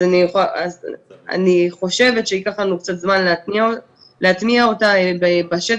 אז אני חושבת שייקח לנו קצת זמן להתניע אותה בשטח,